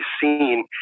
seen